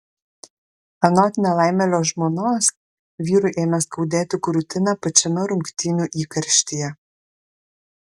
anot nelaimėlio žmonos vyrui ėmė skaudėti krūtinę pačiame rungtynių įkarštyje